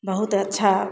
बहुत अच्छा